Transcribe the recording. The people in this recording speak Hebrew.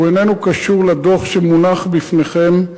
הוא איננו קשור לדוח שמונח בפניכם.